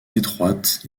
étroites